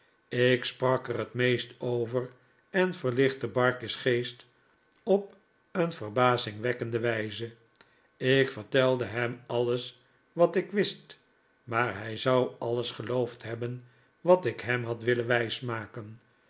ik sprak er het meest over en verlichtte barkis geest op een verbazingwekkende wijze ik vertelde hem alles wat ik wist maar hij zou alles geloofd hebben wat ik hem had willen wijsmaken